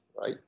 right